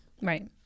Right